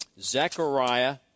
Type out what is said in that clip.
Zechariah